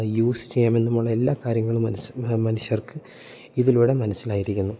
use ചെയ്യാമെന്നുമുള്ള എല്ലാ കാര്യങ്ങളും മനസ് മനുഷ്യർക്ക് ഇതിലൂടെ മനസ്സിലായിരിക്കുന്നു